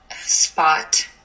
spot